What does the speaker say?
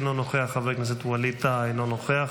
אינו נוכח,